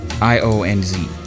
I-O-N-Z